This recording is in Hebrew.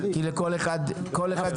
כי לכל אחד --- אוקיי,